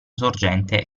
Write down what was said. sorgente